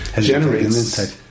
generates